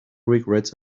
regrets